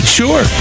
sure